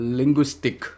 linguistic